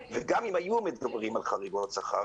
גם אם היו מתגברים על חריגות שכר,